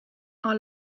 are